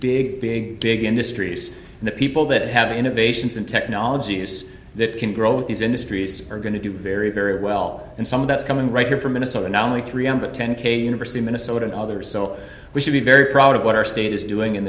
big big big industries and the people that have innovations and technologies that can grow these industries are going to do very very well and some of that's coming right here from minnesota not only three hundred ten k university in minnesota and others so we should be very proud of what our state is doing in